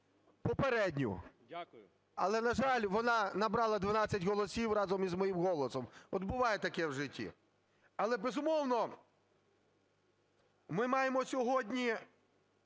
попередню, але, на жаль, вона набрала 12 голосів разом із моїм голосом. От буває таке в житті. Але, безумовно, ми маємо сьогодні